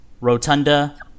Rotunda